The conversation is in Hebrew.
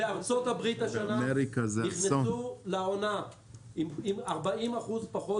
בארצות הברית השנה נכנסו לעונה עם 40% פחות